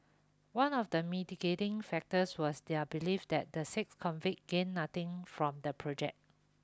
one of the mitigating factors was their belief that the six convict gained nothing from the project